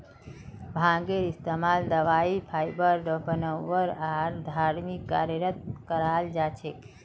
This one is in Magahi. भांगेर इस्तमाल दवाई फाइबर बनव्वा आर धर्मिक कार्यत कराल जा छेक